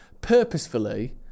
purposefully